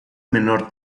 menor